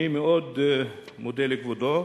אני מאוד מודה לכבודו,